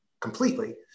completely